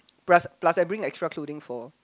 plus plus I bring extra clothing for